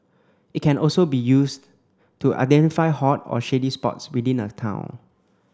it can also be used to identify hot or shady spots within a town